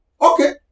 Okay